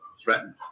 threatened